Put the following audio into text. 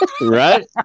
Right